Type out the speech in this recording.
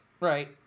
right